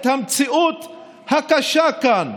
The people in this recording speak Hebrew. את המציאות הקשה כאן,